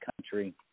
country